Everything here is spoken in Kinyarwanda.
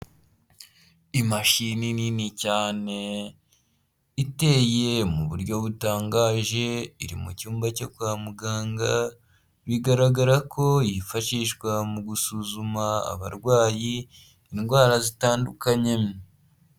Imashini nini cyane iteye mu buryo butangaje iri mu cyumba cyo kwa muganga, bigaragara ko yifashishwa mu gusuzuma abarwayi indwara zitandukanye.